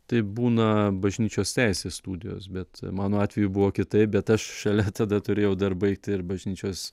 tai būna bažnyčios teisės studijos bet mano atveju buvo kitaip bet aš šalia tada turėjau dar baigti ir bažnyčios